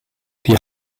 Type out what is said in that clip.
die